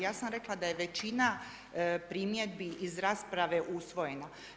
Ja sam rekla da je većina primjedbi iz rasprave usvojena.